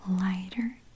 lighter